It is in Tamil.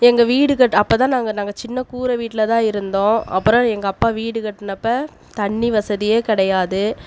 எங்கள் வீடு கட்ட அப்போ தான் நாங்கள் நாங்கள் சின்ன கூரை வீட்டில் தான் இருந்தோம் அப்பறம் எங்கள் அப்பா வீடு கட்டினப்ப தண்ணி வசதியே கிடையாது